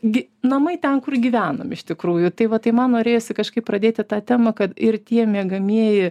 gi namai ten kur gyvenam iš tikrųjų tai va tai man norėjosi kažkaip pradėti tą temą kad ir tie miegamieji